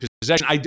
possession